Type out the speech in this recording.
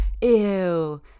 ew